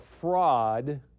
fraud